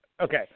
Okay